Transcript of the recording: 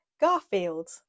Garfield